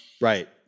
right